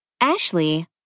Ashley